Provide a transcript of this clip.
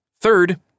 Third